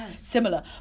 similar